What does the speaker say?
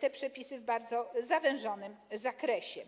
te przepisy tylko w bardzo zawężonym zakresie.